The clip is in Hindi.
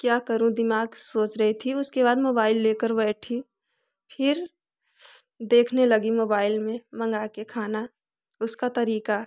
क्या करूँ दिमाग सोच रही थी उसके बाद मोबाइल लेकर बैठी फिर देखने लगी मोबाइल में मँगा के खाना उसका तरीका